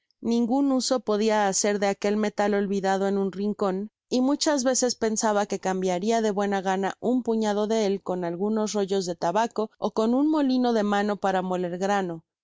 ningun uso podia hacer de aquel metal olvidado en un rincon y muchas veces pensaba que cambiaria de buena gana un puñado de él con algunos rollos de tabaco ó con un molino de mano para moler grano